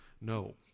No